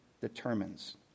determines